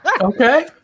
Okay